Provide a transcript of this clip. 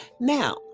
Now